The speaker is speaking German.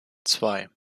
zwei